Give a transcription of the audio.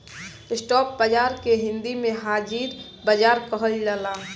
spot बाजार के हिंदी में हाजिर बाजार कहल जाला